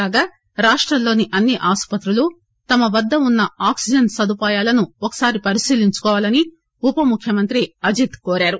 కాగా రాష్టంలోని అన్ని ఆసుపత్రులు తమ వద్ద వున్న ఆక్పిజన్ సదుపాయాలను ఒకసారి పరిశీలించుకోవాలని ఉపముఖ్యమంత్రి అజిత్ పవార్ కోరారు